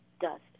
dust